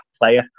player